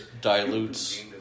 dilutes